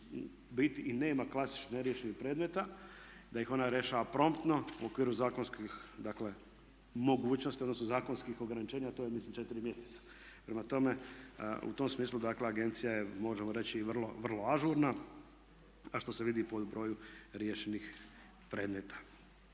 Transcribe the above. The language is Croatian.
biti i nema klasičnih neriješenih predmeta, da ih ona rješava promptno u okviru zakonskih, dakle mogućnosti, odnosno zakonskih ograničenja, a to je mislim 4 mjeseca. Prema tome, u tom smislu, dakle agencija je možemo reći vrlo ažurna a što se vidi po broju riješenih predmeta.